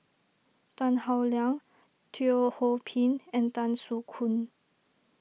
Tan Howe Liang Teo Ho Pin and Tan Soo Khoon